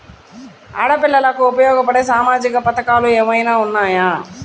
ఆడపిల్లలకు ఉపయోగపడే సామాజిక పథకాలు ఏమైనా ఉన్నాయా?